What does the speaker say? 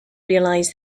realize